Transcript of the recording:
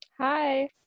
Hi